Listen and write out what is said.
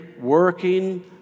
working